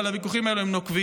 אבל הוויכוחים האלה הם נוקבים,